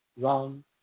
Wrong